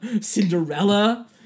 Cinderella